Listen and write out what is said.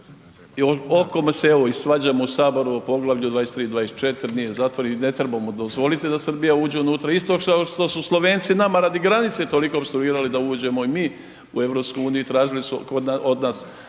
o kome se evo i svađamo u Saboru o poglavlju 23, 24, .../Govornik se ne razumije./... zatvori ne trebamo dozvoliti da Srbija uđe unutra kao što su Slovenci nama radi granice toliko opstruirali da uđemo i mi u EU i tražili su od nas